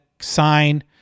sign